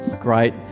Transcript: Great